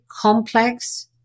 complex